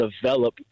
develop